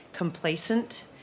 Complacent